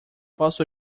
posso